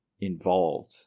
involved